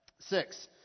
Six